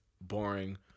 boring